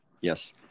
Yes